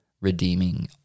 redeeming